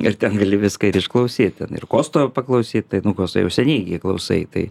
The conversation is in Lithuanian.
ir ten gali viską ir išklausyt ten ir kosto paklausyt nu kosto jau seniai klausai tai